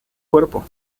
cuerpo